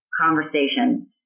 conversation